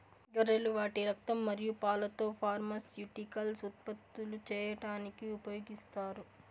గొర్రెలు వాటి రక్తం మరియు పాలతో ఫార్మాస్యూటికల్స్ ఉత్పత్తులు చేయడానికి ఉపయోగిస్తారు